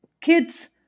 kids